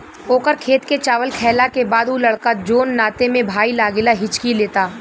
ओकर खेत के चावल खैला के बाद उ लड़का जोन नाते में भाई लागेला हिच्की लेता